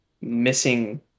missing